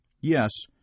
Yes